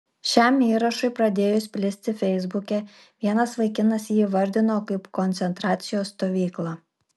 šiam įrašui pradėjus plisti feisbuke vienas vaikinas jį įvardijo kaip koncentracijos stovyklą